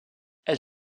elle